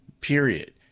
period